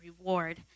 reward